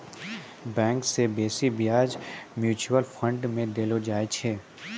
bank से बेसी ब्याज म्यूचुअल फंड मे देलो जाय छै